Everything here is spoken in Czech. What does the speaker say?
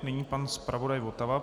Nyní pan zpravodaj Votava.